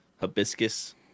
hibiscus